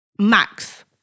Max